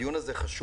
הדיון הזה חשוב.